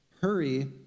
hurry